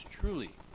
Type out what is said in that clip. truly